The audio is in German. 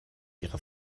ihrer